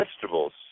vegetables